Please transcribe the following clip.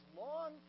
long